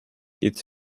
its